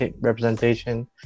representation